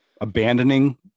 abandoning